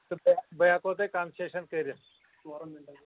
تہٕ بہٕ بہٕ ہٮ۪کو تۄہہِ کَنسیشَن کٔرِتھ